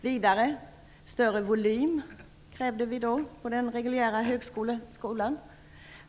Vi krävde vidare större volym på de reguljära högskolorna.